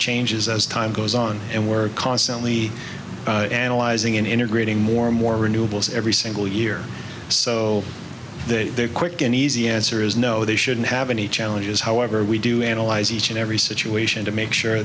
changes as time goes on and we're constantly analyzing and integrating more and more renewables every single year so that they're quick and easy answer is no they shouldn't have any challenges however we do analyze each and every situation to make sure